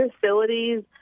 facilities